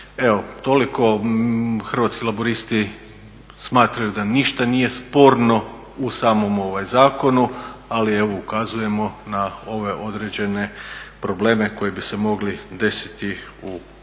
Evo toliko. Hrvatski laburisti smatraju da ništa nije sporno u samom zakonu, ali evo ukazujemo na ove određene probleme koji bi se mogli desiti u praksi